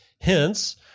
Hence